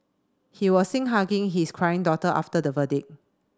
he was seen hugging his crying daughter after the verdict